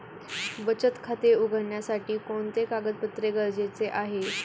बचत खाते उघडण्यासाठी कोणते कागदपत्रे गरजेचे आहे?